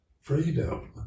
freedom